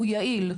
הוא יעיל.